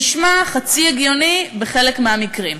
נשמע חצי הגיוני בחלק מהמקרים.